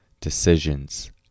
decisions